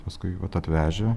paskui vat atvežę